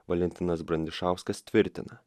valentinas brandišauskas tvirtina